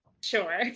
Sure